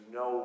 no